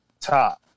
top